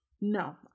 no